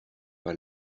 pas